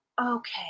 okay